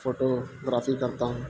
photo گرافی کرتا ہوں